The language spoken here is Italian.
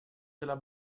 della